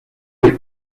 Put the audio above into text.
del